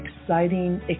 exciting